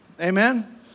Amen